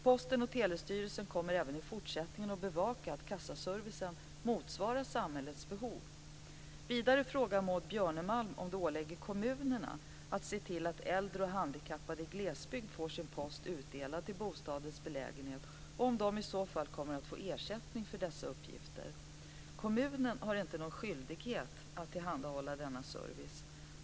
Post och telestyrelsen kommer även i fortsättningen att bevaka att kassaservicen motsvarar samhällets behov. Vidare frågar Maud Björnemalm om det åligger kommunerna att se till att äldre och handikappade i glesbygd får sin post utdelad till bostadens belägenhet och om de i så fall kommer att få ersättning för dessa uppgifter. Kommunen har inte någon skyldighet att tillhandahålla denna service.